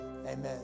Amen